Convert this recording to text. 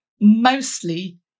mostly